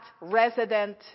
resident